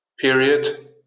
period